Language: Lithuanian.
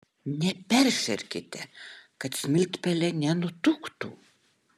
neperšerkite kad smiltpelė nenutuktų